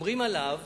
אומרים עליו